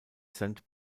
sand